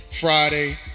Friday